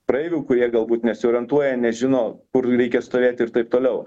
praeivių kurie galbūt nesiorientuoja nežino kur reikia stovėt ir taip toliau